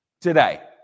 today